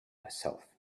myself